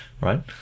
right